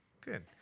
Good